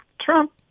Trump